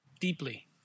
deeply